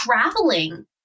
traveling